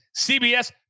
cbs